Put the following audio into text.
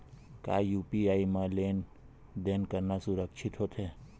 का यू.पी.आई म लेन देन करना सुरक्षित होथे?